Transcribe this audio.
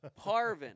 Parvin